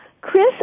Chris